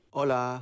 Hola